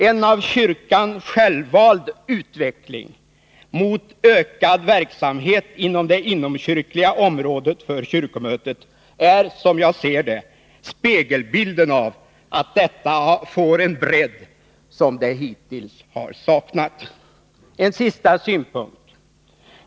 En av kyrkan självvald utveckling mot ökad verksamhet inom det inomkyrkliga området för kyrkomötet är, som jag ser det, spegelbilden av att detta får en bredd som det hittills saknat. En sista synpunkt.